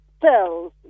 cells